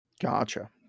Gotcha